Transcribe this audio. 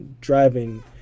driving